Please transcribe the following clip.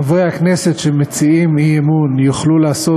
שחברי הכנסת שמציעים אי-אמון יוכלו לעשות